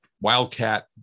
wildcat